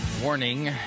Warning